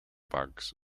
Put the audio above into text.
bugs